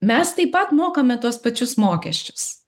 mes taip pat mokame tuos pačius mokesčius